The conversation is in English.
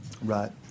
Right